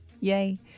Yay